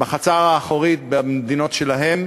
בחצר האחורית במדינות שלהם